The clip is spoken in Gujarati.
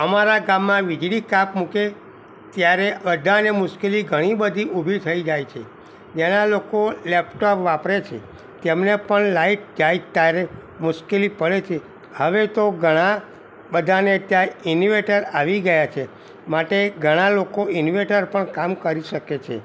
અમારા ગામમાં વીજળી કાપ મૂકે ત્યારે અડધાને મુશ્કેલી ઘણી બધી ઊભી થઈ જાય છે ત્યાંનાં લોકો લેપટોપ વાપરે છે તેમને પણ લાઇટ જાય ત્યારે મુશ્કેલી પડે છે હવે તો ઘણા બધાને ત્યાં ઇનવેટર આવી ગયાં છે માટે ઘણાં લોકો ઇનવેટર પર કામ કરી શકે છે